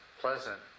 pleasant